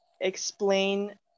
explain